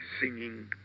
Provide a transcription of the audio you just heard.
singing